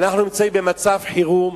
אנחנו נמצאים במצב חירום.